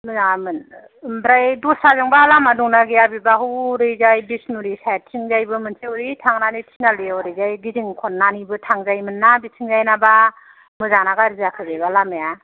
मामोन आमफ्राय दसरा जोंबा लामा दंना गैया बेबा हौरैजाय बिसमुरि साइदथिं जाय बो मोनसे हरै थांनानै तिनालि ओरैजाय गिदिं खननानै बो थांजायो मोनना बिथिंजाय नाबा मोजां ना गार्जि जाखो बेबा लामाया